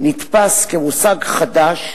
נתפס כמושג חדש,